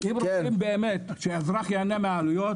אם רוצים באמת שהאזרח יהינה מהעלויות,